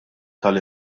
tal